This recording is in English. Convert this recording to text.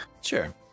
Sure